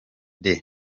the